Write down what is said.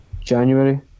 January